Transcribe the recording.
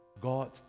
god